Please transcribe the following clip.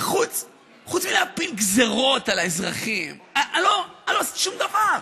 וחוץ מלהפיל גזרות על האזרחים לא עשיתי שום דבר.